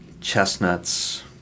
chestnuts